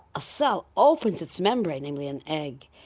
a cell opens its membrane, namely an egg,